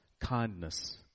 kindness